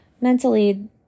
mentally